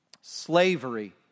Slavery